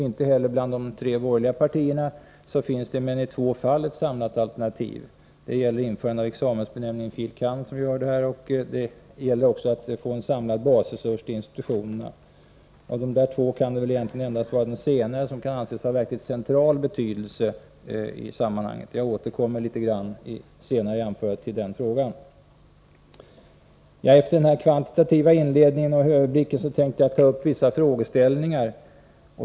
Inte heller bland de tre borgerliga partierna finns i mer än två fall ett samlat alternativ. — Det gäller införande av examensbenämningen fil. kand., som vi hört här, och det gäller att få en samlad basresurs till institutionerna. Av dessa två kan det egentligen endast vara den senare som har verkligt central betydelse i sammanhanget, och jag återkommer litet senare i anförandet till den frågan. Efter denna kvantitativa inledning och överblick tänkte jag ta upp vissa frågeställningar.